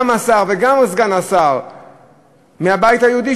גם השר וגם סגן השר מהבית היהודי,